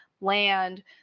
land